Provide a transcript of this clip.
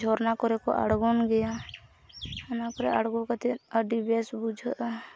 ᱡᱷᱚᱨᱱᱟ ᱠᱚᱨᱮ ᱠᱚ ᱟᱲᱜᱳᱱ ᱜᱮᱭᱟ ᱚᱱᱟ ᱠᱚᱨᱮ ᱟᱲᱜᱳ ᱠᱟᱛᱮᱫ ᱟᱰᱤ ᱵᱮᱥ ᱵᱩᱡᱷᱟᱹᱜᱼᱟ